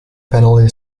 penalty